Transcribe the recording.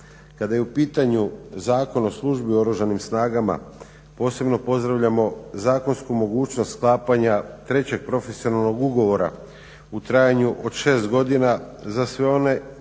Kada je u pitanju Zakon o službi u Oružanim snagama posebno pozdravljamo zakonsku mogućnost sklapanja 3.profesionalnog ugovora u trajanju od 6 godina za sve one koji